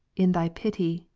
in thy pity,